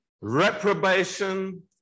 reprobation